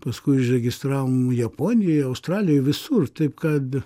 paskui užregistravom japonijoj australijoj visur taip kad